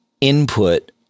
input